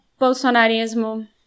Bolsonarismo